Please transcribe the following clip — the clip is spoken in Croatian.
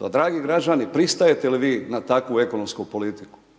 Dragi građani pristajete li vi na takvu ekonomsku politiku?